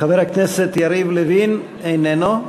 חבר הכנסת יריב לוין, איננו,